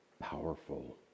Powerful